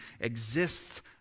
exists